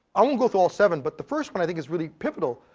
i won't go through all seven, but the first one i think is really pivotal.